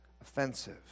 offensive